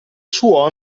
suo